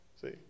See